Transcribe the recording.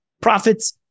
profits